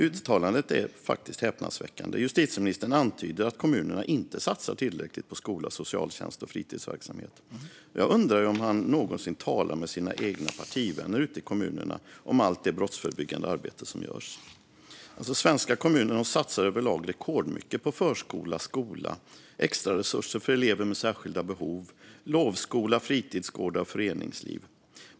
Uttalandet är häpnadsväckande. Justitieministern antyder att kommunerna inte satsar tillräckligt på skola, socialtjänst och fritidsverksamhet. Jag undrar om han någonsin talar med sina egna partivänner ute i kommunerna om allt det brottsförebyggande arbete som görs. Svenska kommuner satsar överlag rekordmycket på förskola, skola, extra resurser för elever med särskilda behov, lovskola, fritidsgårdar och föreningsliv.